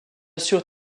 sûr